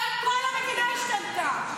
כל המדינה השתנתה,